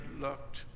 looked